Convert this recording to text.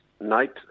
night